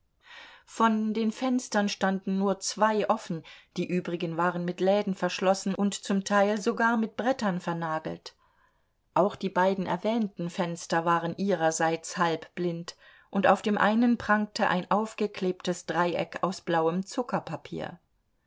von den fenstern standen nur zwei offen die übrigen waren mit läden verschlossen und zum teil sogar mit brettern vernagelt auch die beiden erwähnten fenster waren ihrerseits halbblind und auf dem einen prangte ein aufgeklebtes dreieck aus blauem zuckerpapier